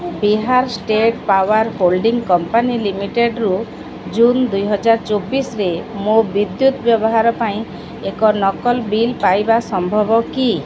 Bihar state power holding company ଲିମିଟେଡ଼୍ରୁ June ଦୁଇହଜାର ଚବିଶରେ ମୋ ବିଦ୍ୟୁତ୍ ବ୍ୟବହାର ପାଇଁ ଏକ ନକଲ୍ ବିଲ୍ ପାଇବା ସମ୍ଭବ କି